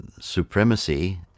Supremacy